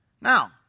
Now